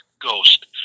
ghost